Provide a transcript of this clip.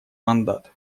мандат